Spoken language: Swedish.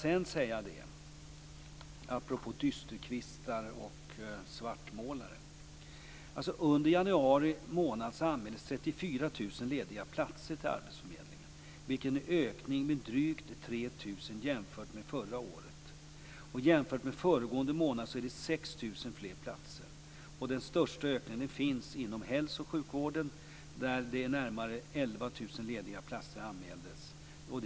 Sedan vill jag apropå dysterkvistar och svartmålare säga att under januari månad anmäldes 34 000 lediga platser till arbetsförmedlingen, vilket är en ökning med drygt 3 000 jämfört med förra året. Jämfört med föregående månad är det 6 000 fler platser. Den största ökningen finns inom hälso och sjukvården, där närmare 11 000 lediga platser anmäldes.